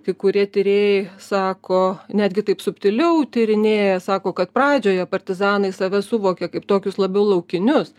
kai kurie tyrėjai sako netgi taip subtiliau tyrinėja sako kad pradžioje partizanai save suvokė kaip tokius labiau laukinius